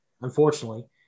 unfortunately